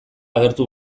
agertu